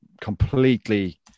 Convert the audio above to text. completely